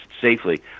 safely